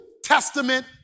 testament